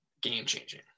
game-changing